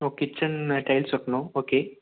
ஓ kitchen tiles ஒட்டணும் okay